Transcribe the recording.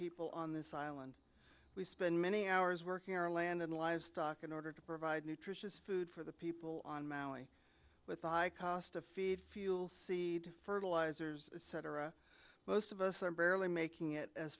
people on this island we spend many hours working our land and livestock in order to provide nutritious food for the people on maui with a high cost of feed fuel seed fertilizers etc most of us are barely making